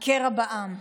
הקרע בעם.